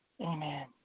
Amen